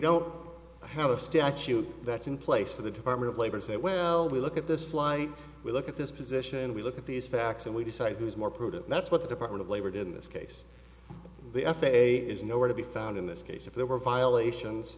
don't have a statute that's in place for the department of labor say well we look at this why we look at this position and we look at these facts and we decide who is more prudent that's what the department of labor did in this case the f a a is nowhere to be found in this case if there were violations